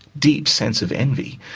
deep sense of envy,